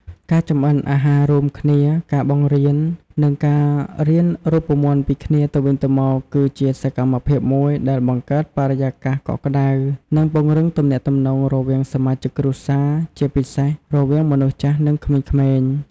ការចម្អិនអាហាររួមគ្នា ការបង្រៀន និងការរៀនរូបមន្តពីគ្នាទៅវិញទៅមក គឺជាសកម្មភាពមួយដែលបង្កើតបរិយាកាសកក់ក្តៅ និងពង្រឹងទំនាក់ទំនងរវាងសមាជិកគ្រួសារ ជាពិសេសរវាងមនុស្សចាស់ និងក្មេងៗ។